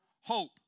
hope